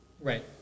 Right